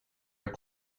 are